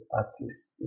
artists